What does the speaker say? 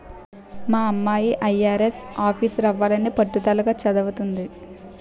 మా అమ్మాయి ఐ.ఆర్.ఎస్ ఆఫీసరవ్వాలని పట్టుదలగా చదవతంది